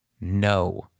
no